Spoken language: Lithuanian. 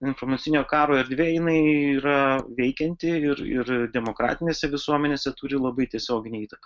informacinio karo erdvėje jinai yra veikianti ir ir demokratinėse visuomenėse turi labai tiesioginę įtaką